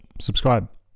subscribe